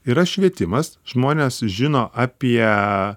yra švietimas žmonės žino apie